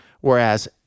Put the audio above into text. whereas